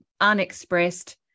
unexpressed